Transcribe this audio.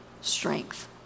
strength